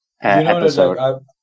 episode